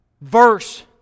verse